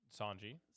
Sanji